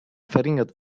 verringert